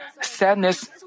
sadness